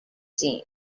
seen